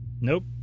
nope